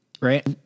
Right